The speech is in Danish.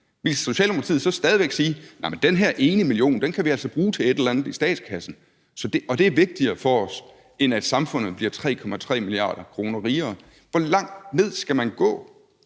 ville Socialdemokratiet så stadig væk sige: Den her 1 mio. kr. kan vi altså bruge til et eller andet i statskassen, og det er vigtigere for os, end at samfundet bliver 3,3 mia. kr. rigere? Hvor langt ned skal man gå,